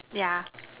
yeah